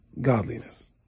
godliness